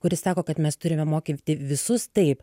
kuri sako kad mes turime mokyti visus taip